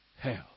hell